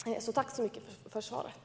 Jag tackar så mycket för svaret.